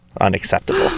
unacceptable